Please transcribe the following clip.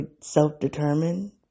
self-determined